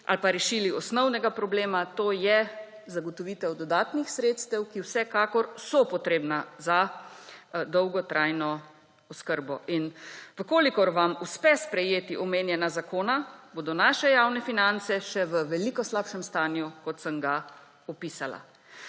ali pa rešili osnovnega problema, to je zagotovitev dodatnih sredstev, ki vsekakor so potrebna za dolgotrajno oskrbo. In v kolikor vam uspe sprejeti omenjena zakona, bodo naše javne finance še v veliko slabšem stanju, kot sem ga opisala.